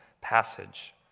passage